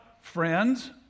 friends